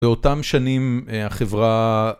באותם שנים החברה...